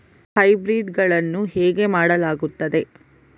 Hybrid ಗಳನ್ನು ಹೇಗೆ ಮಾಡಲಾಗುತ್ತದೆ?